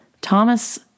Thomas